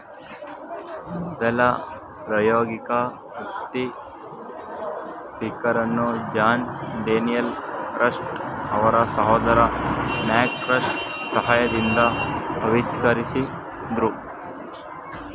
ಮೊದಲ ಪ್ರಾಯೋಗಿಕ ಹತ್ತಿ ಪಿಕ್ಕರನ್ನು ಜಾನ್ ಡೇನಿಯಲ್ ರಸ್ಟ್ ಅವರ ಸಹೋದರ ಮ್ಯಾಕ್ ರಸ್ಟ್ ಸಹಾಯದಿಂದ ಆವಿಷ್ಕರಿಸಿದ್ರು